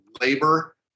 labor